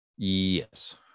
Yes